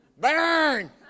Burn